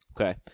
Okay